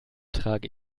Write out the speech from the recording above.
trage